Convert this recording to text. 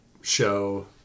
show